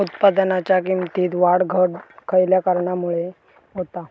उत्पादनाच्या किमतीत वाढ घट खयल्या कारणामुळे होता?